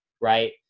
right